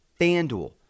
fanduel